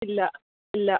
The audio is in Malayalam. ഇല്ല ഇല്ല